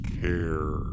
care